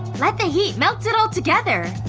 let the heat melt it all together.